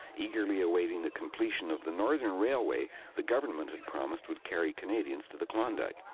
eagerly awaiting the completion of the northern railway the government had promised would carry canadians to the klondike.